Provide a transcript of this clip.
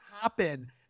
happen